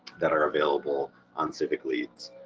that are available on civicleads.